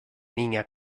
niña